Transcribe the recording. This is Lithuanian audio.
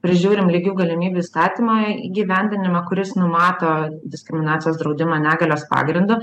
prižiūrim lygių galimybių įstatymą įgyvendinimą kuris numato diskriminacijos draudimą negalios pagrindu